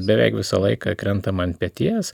beveik visą laiką krentam ant peties